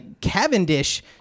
Cavendish